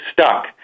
stuck